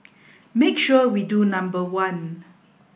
make sure we do number one